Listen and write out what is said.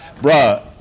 bruh